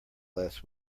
last